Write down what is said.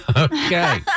Okay